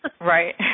Right